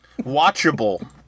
watchable